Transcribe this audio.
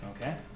Okay